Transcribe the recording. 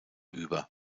über